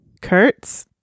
Kurtz